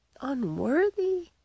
unworthy